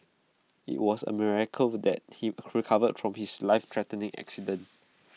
IT was A miracle that he recovered from his lifethreatening accident